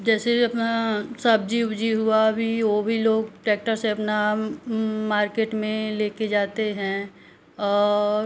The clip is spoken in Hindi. जैसे अपना सब्जी ओब्जी हुआ अभी वो भी लोग टैक्टर से अपना मार्केट में ले कर जाते हैं और